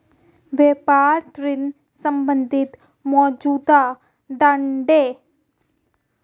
व्यापार ऋण संबंधी मौजूदा ढांचे के ब्यौरे कहाँ मिलेंगे?